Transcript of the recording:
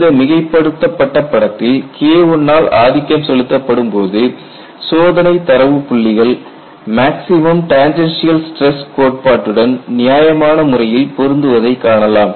இந்த மிகைப்படுத்தப்பட்ட படத்தில் KI ஆல் ஆதிக்கம் செலுத்தப்படும் போது சோதனை தரவு புள்ளிகள் மேக்ஸிமம் டேன்ஜன்சியல் ஸ்டிரஸ் கோட்பாட்டுடன் நியாயமான முறையில் பொருந்துவதை காணலாம்